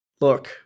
Look